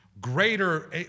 greater